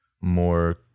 more